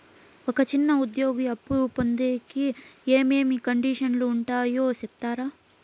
ఒక చిన్న ఉద్యోగి అప్పు పొందేకి ఏమేమి కండిషన్లు ఉంటాయో సెప్తారా?